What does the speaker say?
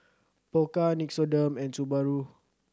Pokka Nixoderm and Subaru